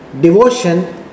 devotion